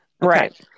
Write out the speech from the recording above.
Right